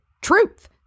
truth